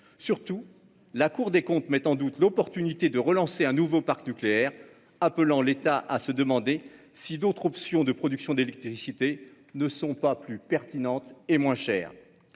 Surtout, la Cour des comptes met en doute l'opportunité de relancer un nouveau parc nucléaire, appelant l'État à se demander si d'autres options de production d'électricité ne sont pas plus pertinentes et moins chères.